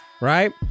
right